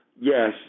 Yes